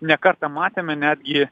ne kartą matėme netgi